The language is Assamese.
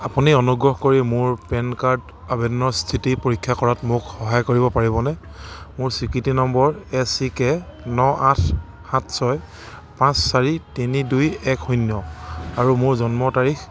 আপুনি অনুগ্ৰহ কৰি মোৰ পেন কাৰ্ড আবেদনৰ স্থিতি পৰীক্ষা কৰাত মোক সহায় কৰিব পাৰিবনে মোৰ স্বীকৃতি নম্বৰ এ চি কে ন আঠ সাত ছয় পাঁচ চাৰি তিনি দুই এক শূন্য আৰু মোৰ জন্ম তাৰিখ